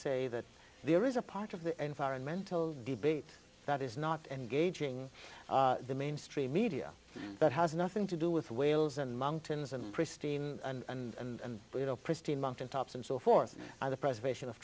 say that there is a part of the environmental debate that is not engaging the mainstream media that has nothing to do with whales and monckton's and pristine and pristine mountain tops and so forth the preservation of